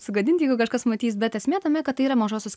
sugadint jeigu kažkas matys bet esmė tame kad tai yra mažosios